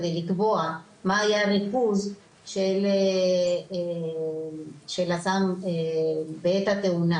כדי לקבוע מה היה הריכוז של הסם בעת התאונה,